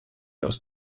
aus